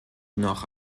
noch